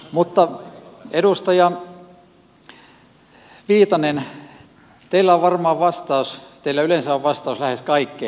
mutta edustaja viitanen teillä on varmaan vastaus teillä yleensä on vastaus lähes kaikkeen